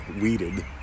weeded